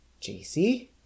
JC